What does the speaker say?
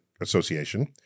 Association